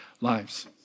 lives